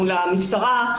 מול המשטרה,